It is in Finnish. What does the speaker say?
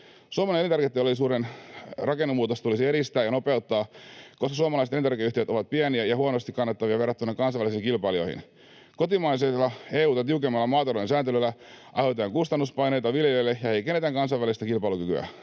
Suomen elintarviketeollisuuden rakennemuutosta tulisi edistää ja nopeuttaa, koska suomalaiset elintarvikeyhtiöt ovat pieniä ja huonosti kannattavia verrattuna kansainvälisiin kilpailijoihin. Kotimaisella, EU:ta tiukemmalla maatalouden sääntelyllä aiheutetaan kustannuspaineita viljelijöille ja heikennetään kansainvälistä kilpailukykyä.